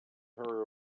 her